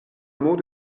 mot